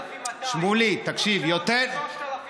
5,200. עכשיו 3,000,